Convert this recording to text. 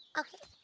okay.